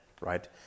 right